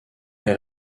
est